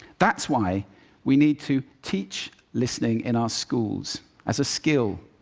that's why we need to teach listening in our schools as a skill.